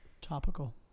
Topical